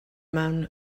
mewn